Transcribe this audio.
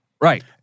Right